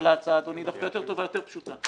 לממשלה הצעה דווקא יותר טובה ויותר פשוטה.